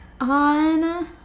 on